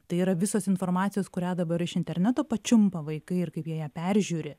tai yra visos informacijos kurią dabar iš interneto pačiumpa vaikai ir kaip jie ją peržiūri